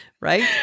right